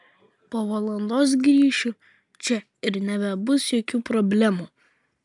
po valandos grįšiu čia ir nebebus jokių problemų